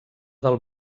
del